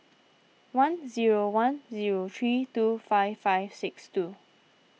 one zero one zero three two five five six two